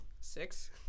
Six